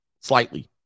Slightly